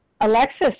Alexis